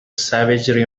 savagery